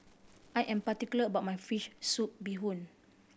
I am particular about my fish soup bee hoon